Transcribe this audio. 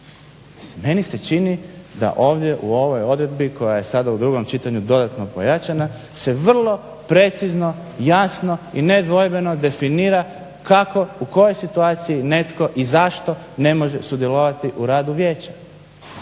Meni se čini da ovdje u ovoj odredbi koja je sada u drugom čitanju dodatno pojačana se vrlo precizno i jasno i nedvojbeno definira kako u kojoj situaciji netko i zašto ne može sudjelovati u radu vijeća.